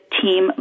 team